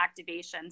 activations